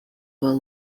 will